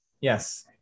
Yes